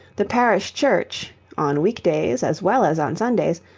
the parish church, on week-days as well as on sundays,